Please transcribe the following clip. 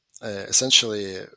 essentially